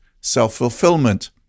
self-fulfillment